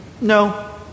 no